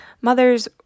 mothers